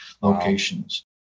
locations